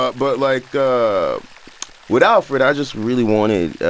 but but, like, with alfred, i just really wanted